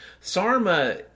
Sarma